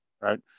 right